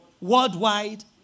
Worldwide